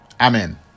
Amen